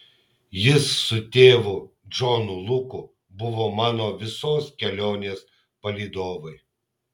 jis su tėvu džonu luku buvo mano visos kelionės palydovai